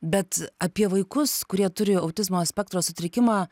bet apie vaikus kurie turi autizmo spektro sutrikimą